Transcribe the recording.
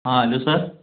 हाँ hello sir